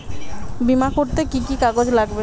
বিমা করতে কি কি কাগজ লাগবে?